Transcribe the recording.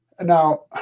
now